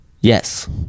Yes